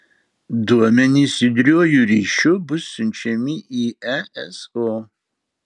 duomenys judriuoju ryšiu bus siunčiami į eso